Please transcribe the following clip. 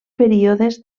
períodes